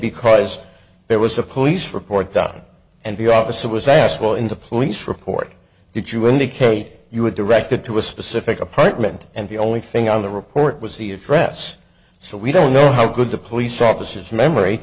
because there was a police report done and the officer was asked well in the police report did you indicate you were directed to a specific apartment and the only thing on the report was the address so we don't know how good the police officers memory